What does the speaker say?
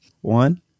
one